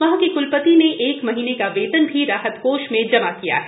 वहां के क्लपति ने एक माह का वेतन भी राहत कोष में जमा किया है